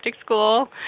school